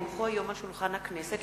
כי הונחו על שולחן הכנסת,